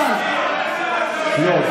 אבל, לא.